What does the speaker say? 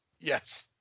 Yes